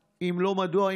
5. אם לא, מדוע?